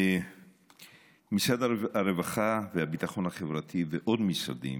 משרד הרווחה והביטחון החברתי ועוד משרדים,